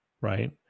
right